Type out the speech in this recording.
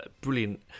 Brilliant